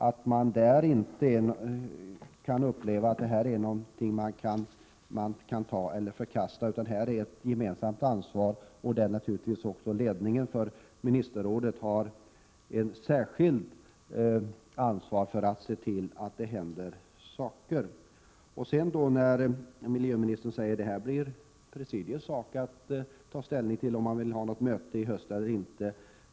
De kan inte få uppleva att det här är någonting de kan anta eller förkasta, utan detta är ett gemensamt ansvar. Naturligtvis har också ledningen för ministerrådet ett särskilt ansvar att se till att det händer saker. Miljöministern säger att det blir Nordiska rådets presidium som får ta ställning till frågan om det skall bli ett möte i höst eller inte.